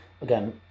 again